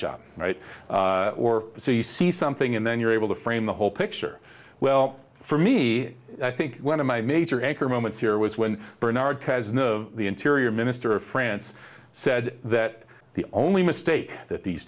job right or so you see something and then you're able to frame the whole picture well for me i think one of my major anchor moments here was when bernard has know of the interior minister of france said that the only mistake that these